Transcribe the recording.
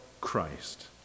Christ